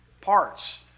parts